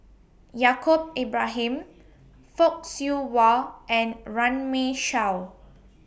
Yaacob Ibrahim Fock Siew Wah and Runme Shaw